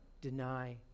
deny